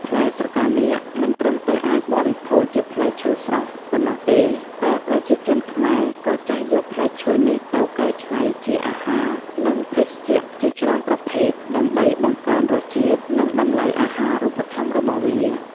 ផ្លែស្រកានាគមិនត្រឹមតែអាចបរិភោគជាផ្លែឈើស្រស់ប៉ុណ្ណោះទេ តែប្រជាជនខ្មែរក៏ចេះយកផ្លែឈើនេះទៅកែច្នៃជាអាហារ និងភេសជ្ជៈជាច្រើនប្រភេទ ដើម្បីបង្កើនរសជាតិ និងតម្លៃអាហារូបត្ថម្ភរបស់វា។